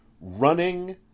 running